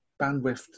bandwidth